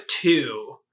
two